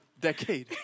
Decade